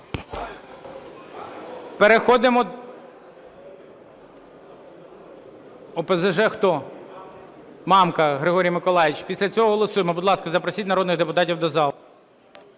Переходимо до... ОПЗЖ, хто? Мамка Григорій Миколайович. Після цього голосуємо. Будь ласка, запросіть народних депутатів до зали.